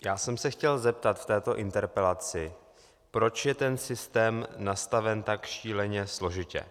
Já jsem se chtěl zeptat v této interpelaci, proč je ten systém nastaven tak šíleně složitě.